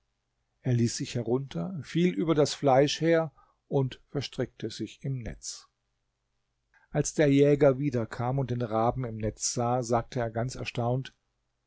er ließ sich herunter fiel über das fleisch her und verstrickte sich im netz als der jäger wiederkam und den raben im netz sah sagte er ganz erstaunt